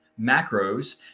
macros